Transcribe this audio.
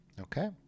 Okay